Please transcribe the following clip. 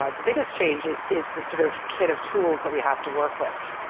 ah the biggest change is is the sort of kit of tools that we have to work with,